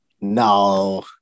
No